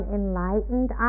enlightened